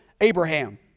Abraham